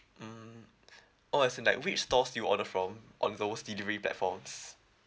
mm oh as in like which stores do you order from on those delivery platforms